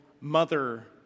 mother